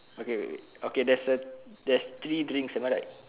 okay wait wait okay there's a there's three drinks am I right